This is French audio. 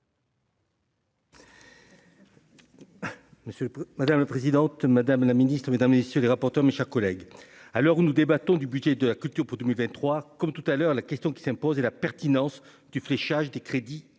madame la présidente, madame la Ministre Mesdames, messieurs les rapporteurs, mes chers collègues, à l'heure où nous débattons du budget de la culture pour 2023 comme tout à l'heure, la question qui s'impose et la pertinence du fléchage des crédits